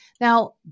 Now